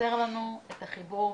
שחסר לנו את החיבור.